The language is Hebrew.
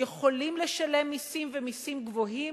יכולים לשלם מסים, ומסים גבוהים,